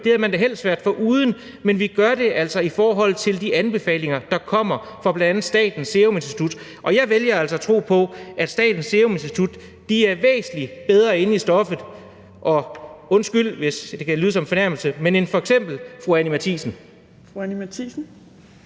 Det havde man da helst været foruden, men vi gør det altså i forhold til de anbefalinger, der kommer fra bl.a. Statens Serum Institut, og jeg vælger altså at tro på, at Statens Serum Institut er væsentlig bedre inde i stoffet – og undskyld, hvis det kan lyde som en fornærmelse – end f.eks. fru Anni Matthiesen.